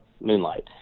moonlight